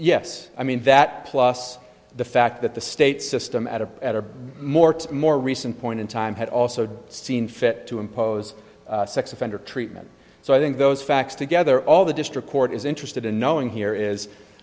yes i mean that plus the fact that the state system at a better more more recent point in time had also seen fit to impose sex offender treatment so i think those facts together all the district court is interested in knowing here is